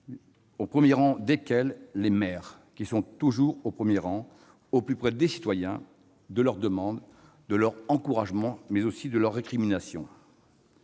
au premier rang desquels les maires, qui sont toujours au plus près des citoyens, de leurs demandes, de leurs encouragements, mais aussi de leurs récriminations.